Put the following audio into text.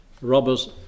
robbers